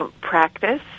Practice